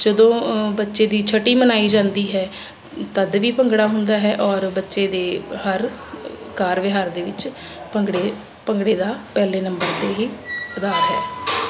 ਜਦੋਂ ਬੱਚੇ ਦੀ ਛਟੀ ਮਨਾਈ ਜਾਂਦੀ ਹੈ ਤਦ ਵੀ ਭੰਗੜਾ ਹੁੰਦਾ ਹੈ ਔਰ ਬੱਚੇ ਦੇ ਹਰ ਕਾਰ ਵਿਹਾਰ ਦੇ ਵਿੱਚ ਭੰਗੜੇ ਭੰਗੜੇ ਦਾ ਪਹਿਲੇ ਨੰਬਰ 'ਤੇ ਹੀ ਅਧਾਰ ਹੈ